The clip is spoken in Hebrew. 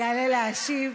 יעלה להשיב